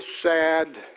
sad